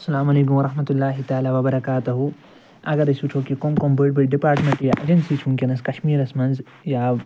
سَلام علیکُم ورحمتُہ اللہِ تعلیٰ وَبراکاتہُ اگر أسۍ وُچھو کہِ کُم کُم بٔڈۍ بٔڈۍ ڈِپارٹمٮ۪نٛٹ یا ایجنسی چھِ وُنکٮ۪نس کشمیٖرس منٛز یا